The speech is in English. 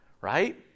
right